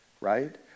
right